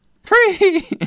Free